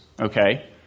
Okay